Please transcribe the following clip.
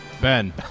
Ben